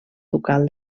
ducal